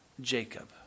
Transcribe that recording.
Jacob